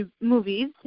movies